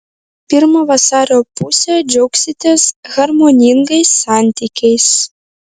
pirmą vasario pusę džiaugsitės harmoningais santykiais